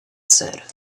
said